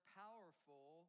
powerful